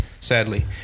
sadly